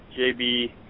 JB